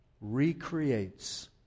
recreates